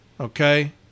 Okay